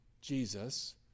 Jesus